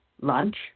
lunch